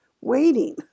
waiting